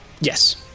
yes